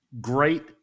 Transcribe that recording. great